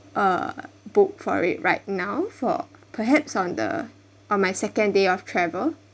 uh book for it right now for perhaps on the on my second day of travel